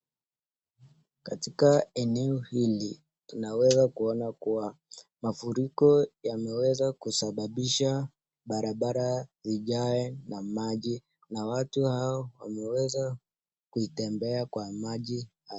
Katika eneo hili, tunaweza kuona kuwa mafuriko yameweza kusababisha barabara ijae na maji na watu hao wameweza kutembea kwa maji hayo.